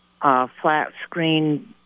flat-screen